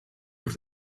with